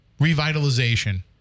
revitalization